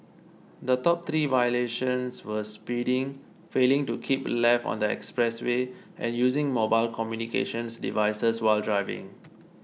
the top three violations were speeding failing to keep left on the express way and using mobile communications devices while driving